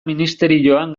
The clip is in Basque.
ministerioan